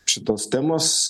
šitos temos